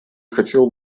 хотел